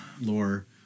Lore